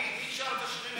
מי שר את השירים האלה?